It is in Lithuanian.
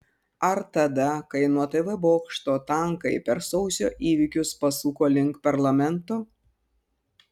ar tada kai nuo tv bokšto tankai per sausio įvykius pasuko link parlamento